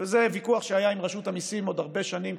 זה ויכוח שהיה עם רשות המיסים הרבה שנים,